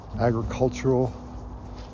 agricultural